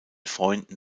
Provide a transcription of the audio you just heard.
freunden